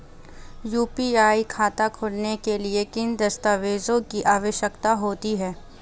UPI खाता खोलने के लिए किन दस्तावेज़ों की आवश्यकता होती है?